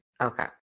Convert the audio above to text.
Okay